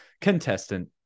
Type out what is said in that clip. Contestant